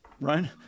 Ryan